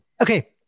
Okay